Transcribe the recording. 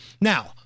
Now